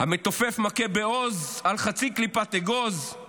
"המתופף מכה בעוז על חצי קליפת אגוז /